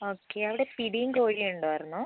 okay അവിടെ പിടിയും കോഴിയും ഉണ്ടായിരുന്നോ